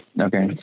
Okay